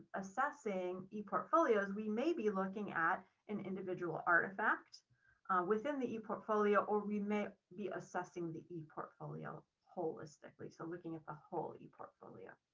assessing eportfolios, we may be looking at an individual artifact within the eportfolio, or we may be assessing the eportfolio holistically. so looking at the whole eportfolio,